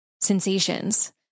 sensations